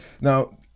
Now